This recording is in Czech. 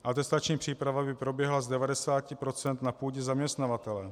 Atestační příprava by proběhla z 90 % na půdě zaměstnavatele.